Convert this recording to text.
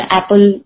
Apple